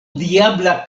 diabla